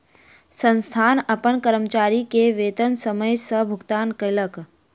संस्थान अपन कर्मचारी के वेतन समय सॅ भुगतान कयलक